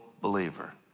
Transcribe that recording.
believer